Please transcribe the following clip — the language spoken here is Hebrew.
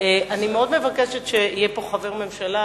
אני מאוד מבקשת שיהיה פה חבר הממשלה,